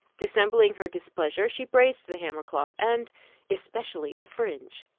dissembling her displeasure, she praised the hammer-cloth, and especially the fringe.